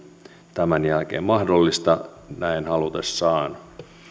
tämän jälkeen mahdollista näin haluttaessa